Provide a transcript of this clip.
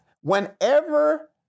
Whenever